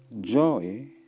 joy